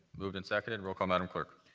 moved and seconded. roll call, madam clerk.